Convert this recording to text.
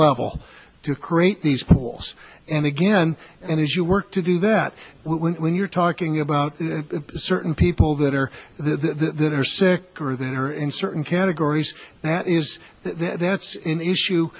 level to create these pools and again and as you work to do that when you're talking about certain people that are that are sick or that are in certain categories that is that's an issue